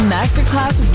Masterclass